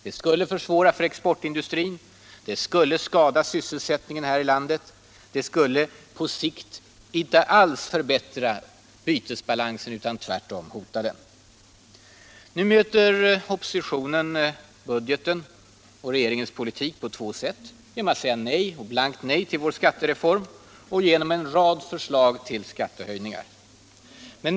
De skulle försvåra för exportindustrin, de skulle skada sysselsättningen här i landet, de skulle på sikt inte alls förbättra bytesbalansen utan tvärtom hota den. Oppositionen möter alltså budgeten och regeringens politik på två sätt: genom att säga blankt nej till vår skattereform och genom en rad förslag till skattehöjningar.